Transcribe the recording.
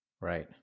Right